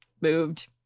moved